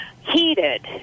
heated